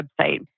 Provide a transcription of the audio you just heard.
website